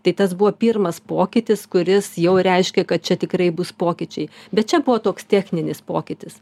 tai tas buvo pirmas pokytis kuris jau reiškė kad čia tikrai bus pokyčiai bet čia buvo toks techninis pokytis